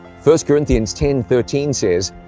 first corinthians ten thirteen says,